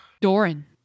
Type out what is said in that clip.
Doran